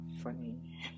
funny